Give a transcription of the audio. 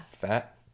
Fat